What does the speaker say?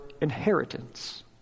inheritance